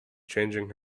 changing